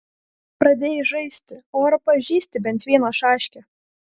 pradėjai žaisti o ar pažįsti bent vieną šaškę